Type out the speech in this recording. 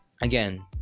again